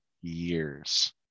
years